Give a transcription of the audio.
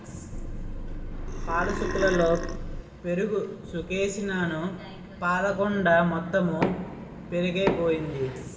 పాలసుక్కలలో పెరుగుసుకేసినాను పాలకుండ మొత్తెము పెరుగైపోయింది